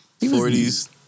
40s